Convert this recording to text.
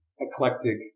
eclectic